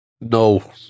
No